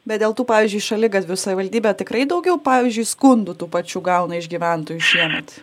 bet dėl to pavyzdžiui šaligatviu savivaldybė tikrai daugiau pavyzdžiui skundų tų pačių gauna iš gyventojų šiemet